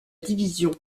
division